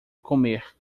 comer